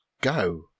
go